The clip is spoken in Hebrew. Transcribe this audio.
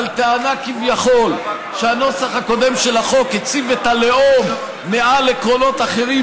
על טענה כביכול שהנוסח הקודם של החוק הציב את הלאום מעל לקולות אחרים